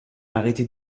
arrêtez